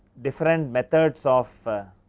different methods of